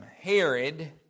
Herod